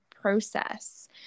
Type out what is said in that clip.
process